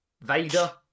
Vader